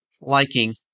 liking